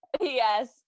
Yes